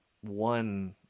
one